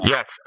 Yes